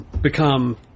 Become